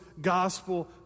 gospel